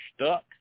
stuck